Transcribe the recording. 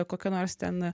kokia nors ten